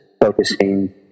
focusing